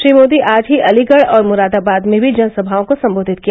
श्री मोदी आज ही अलीगढ़ और मुरादाबाद में भी जनसभाओं को संबोधित किया